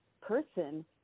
person